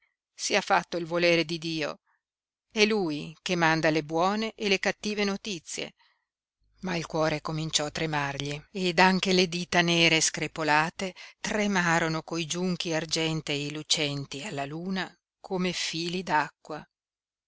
tristi sia fatto il volere di dio è lui che manda le buone e le cattive notizie ma il cuore cominciò a tremargli ed anche le dita nere screpolate tremarono coi giunchi argentei lucenti alla luna come fili